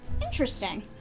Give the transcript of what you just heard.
Interesting